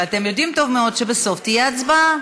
ואתם יודעים טוב מאוד שבסוף תהיה הצבעה.